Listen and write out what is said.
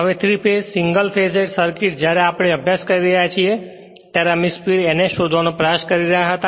હવે 3 phase single phased circuit જ્યારે આપણે અભ્યાસ કરી રહ્યા છીએ ત્યારે અમે સ્પીડ ns શોધવાનો પ્રયાસ કરી રહ્યા હતા